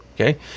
Okay